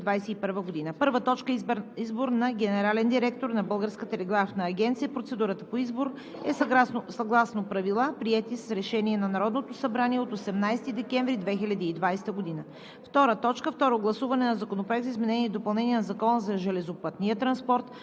2021 г.: „1. Избор на генерален директор на Българската телеграфна агенция. Процедурата по избор е съгласно правила, приети с Решение на Народното събрание от 18 декември 2020 г.